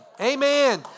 Amen